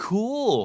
Cool